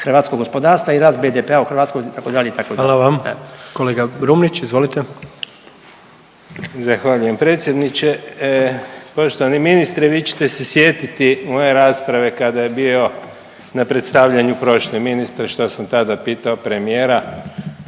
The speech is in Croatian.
hrvatskog gospodarstva i rast BDP u Hrvatskoj itd., itd. **Jandroković, Gordan (HDZ)** Hvala vam. Kolega Brumnić, izvolite. **Brumnić, Zvane (Nezavisni)** Zahvaljujem predsjedniče. Poštovani ministre vi ćete se sjetiti moje rasprave kada je bio na predstavljanju prošli ministar što sam tada pitao premijera